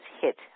hit